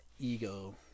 ego